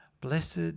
Blessed